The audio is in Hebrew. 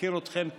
מכיר אתכם טוב.